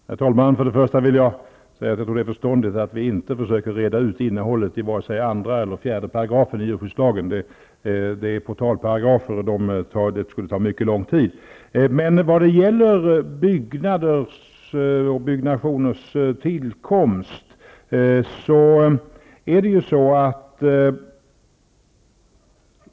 Herr talman! Först och främst tycker jag att det är förståndigt att vi inte försöker reda ut innehållet i vare sig 2 § eller 4 § i djurskyddslagen. Det är portalparagrafer, och det skulle ta mycket långt tid att reda ut dem. Vidare har vi frågan om byggnader och deras tillkomst.